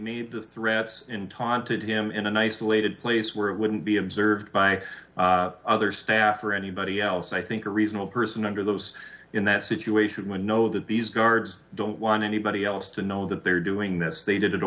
meet the threats and taunted him in an isolated place where he wouldn't be observed by other staff or anybody else i think a reasonable person under those in that situation would know that these guards don't want anybody else to know that they're doing this they did in a